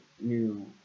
new